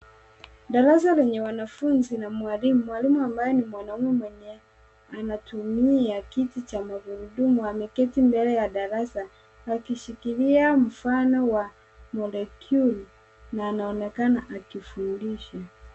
Darasa lenye wanafunzi na mwalimu, mwalimu ambaye ni mwanaume na mwenye anatumia kiti cha magurudumu ameketi mbele ya darasa akishikilia mfano wa molekiuli na anaonekana akifundisha.